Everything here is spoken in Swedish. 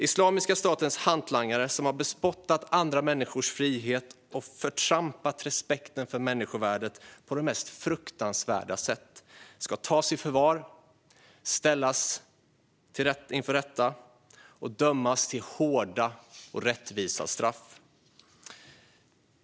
Islamiska statens hantlangare, som har bespottat andra människors frihet och förtrampat respekten för människovärdet på det mest fruktansvärda sätt, ska tas i förvar, ställas inför rätta och dömas till hårda och rättvisa straff.